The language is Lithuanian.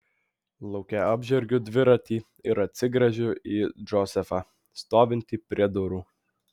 lauke apžergiu dviratį ir atsigręžiu į džozefą stovintį prie durų